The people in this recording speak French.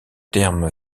terme